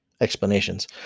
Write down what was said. explanations